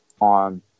on